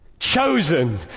Chosen